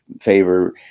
favor